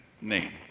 name